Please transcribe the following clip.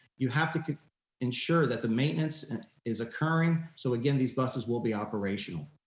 you have to ensure that the maintenance and is occurring so again these buses will be operational.